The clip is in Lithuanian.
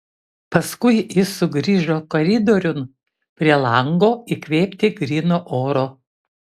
paskui jis sugrįžo koridoriun prie lango įkvėpti gryno oro